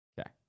Okay